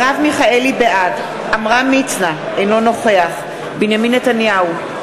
בעד עמרם מצנע, אינו נוכח בנימין נתניהו,